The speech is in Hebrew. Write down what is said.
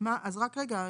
אז רק רגע,